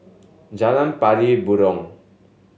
Jalan Pari Burong